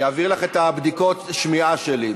אני אעביר לך את בדיקות השמיעה שלי,